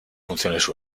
funciones